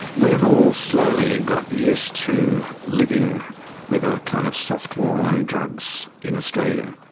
we've all slowly got used to living with a kind of soft war on drugs in australia.